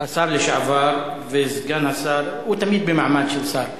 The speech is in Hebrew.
השר לשעבר וסגן השר, הוא תמיד במעמד של שר.